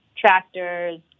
tractors